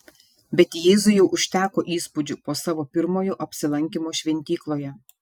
bet jėzui jau užteko įspūdžių po savo pirmojo apsilankymo šventykloje